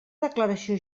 declaració